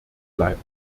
bleibt